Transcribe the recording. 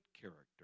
character